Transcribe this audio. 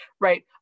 right